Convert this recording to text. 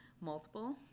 multiple